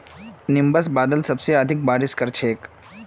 nimbus बादल सबसे अधिक बारिश कर छेक